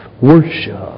worship